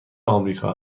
آمریکا